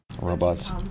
Robots